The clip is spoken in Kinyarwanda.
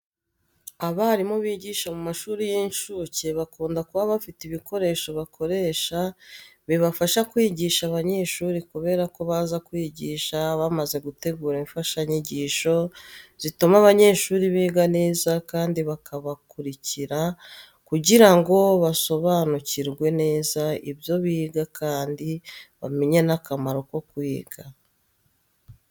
Abarimu bigisha mu mashuri y'incuke bakunda kuba bafite ibikoresho bakoresha bibafasha kwigisha abanyeshuri kubera ko baza kwigisha bamaze gutegura imfashanyigisho zituma abanyeshuri biga neza kandi bakabakurikira kugira ngo basobanukirwe neza ibyo biga kandi bamenye n'akamaro ko kwiga.